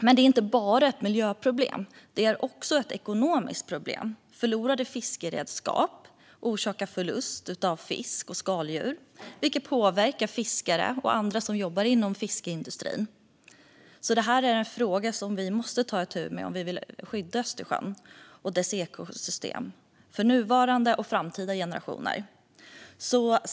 Detta är inte bara ett miljöproblem, utan det är också ett ekonomiskt problem. Förlorade fiskeredskap orsakar förlust av fisk och skaldjur, vilket påverkar fiskare och andra som jobbar inom fiskeindustrin. Detta är en fråga som vi måste ta itu med om vi vill skydda Östersjön och dess ekosystem för nuvarande och framtida generationer.